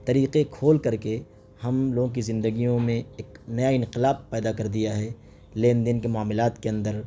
طریقے کھول کر کے ہم لوگوں کی زندگیوں میں ایک نیا انقلاب پیدا کر دیا ہے لین دین کے معاملات کے اندر